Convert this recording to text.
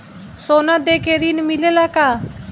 सोना देके ऋण मिलेला का?